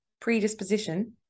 predisposition